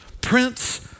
Prince